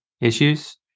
issues